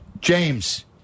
James